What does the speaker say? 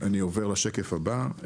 אני עובר לשקף הבא.